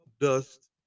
dust